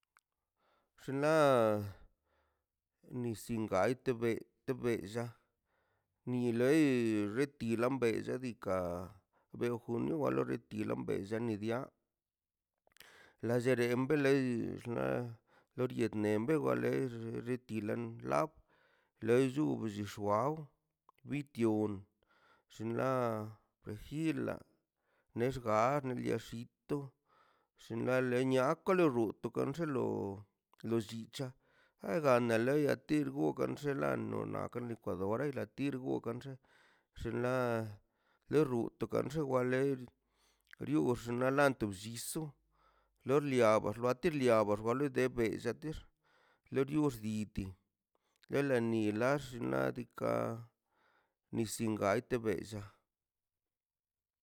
Xinla nisi gante bei tella ni loi retilan bella nin diikaꞌ bejbio una ni lortira bellaꞌ ni dia la llerenda bei dii xnaꞌ lo goriendie e wa lei xi leti lan la lechu le bchix chwaw mirio xinla pejila nexga li tia xito xinla le niak kan xe luto ka xelo lo llicha ga ganga loi a ti rgugan xelan no nakan licuadore latir gugan xe xinla le rut ka xiw wa ler xiw xanlant to blliso lor liaba bat wa tirliaba xlet de bellaters le lio xliti elini laxt nadika sisingati bellaꞌ